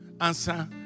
answer